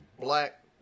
black